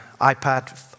iPad